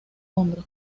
hombro